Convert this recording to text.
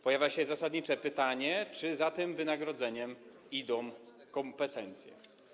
Pojawia się zasadnicze pytanie, czy za tym wynagrodzeniem idą kompetencje.